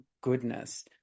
goodness